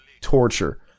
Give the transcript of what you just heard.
torture